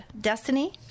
Destiny